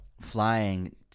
flying